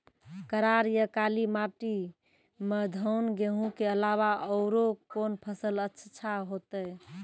करार या काली माटी म धान, गेहूँ के अलावा औरो कोन फसल अचछा होतै?